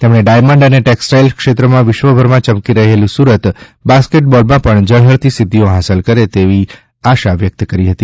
તેમણે ડાયમંડ અને ટેક્સટાઇલ ક્ષેત્રમાં વિશ્વભરમાં ચમકી રહેલુ સુરત બાસ્કેટબોલમાં પણ ઝળહળતી સિદ્ધિઓ હાંસલ કરે તેવી આકાંક્ષા વ્યક્ત કરી હતી